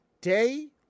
day